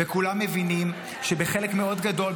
וכולם מבינים שבחלק מאוד גדול,